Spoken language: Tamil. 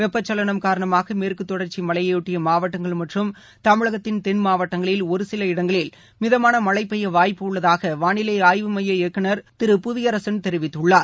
வெப்பசலனம் காரணமாக மேற்கு தொடர்ச்சி மலையையொட்டிய மாவட்டங்கள் மற்றும் தமிழகத்தின் தென் மாவட்டங்களில் ஒரு சில இடங்களில் மிதமான மழை பெய்ய வாய்ப்பு உள்ளதாக வானிலை ஆய்வு மைய இயக்குநர் திரு புவியரசன் தெரிவித்துள்ளார்